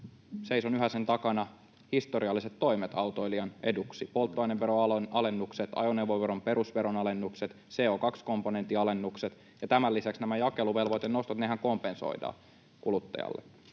seison yhä sen takana — historialliset toimet autoilijan eduksi: polttoaineveron alennukset, ajoneuvoveron perusveron alennukset, CO2-komponentin alennukset, ja tämän lisäksi jakeluvelvoitenostothan kompensoidaan kuluttajalle.